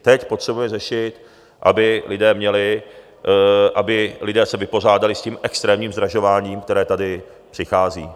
Teď potřebuje řešit, aby lidé měli, aby lidé se vypořádali s tím extrémním zdražováním, které tady přichází.